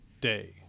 day